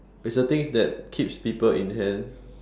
it's a things that keeps people in hand